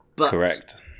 Correct